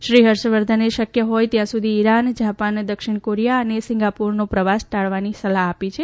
શ્રી હર્ષવર્ધને શક્ય હોય ત્યાં સુધી ઇરાન જાપાન દક્ષિણ કોરિયા અને સિંગાપોરનો પ્રવાસ ટાળવાની સલાહ આપી છે